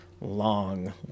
long